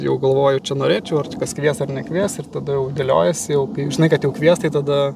jau galvoju čia norėčiau ar čia kas kvies ar nekvies ir tada jau dėliojiesi jau o kai žinai kad jau kvies tai tada